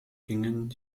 gingen